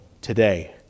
today